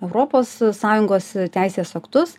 europos sąjungos teisės aktus